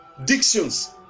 dictions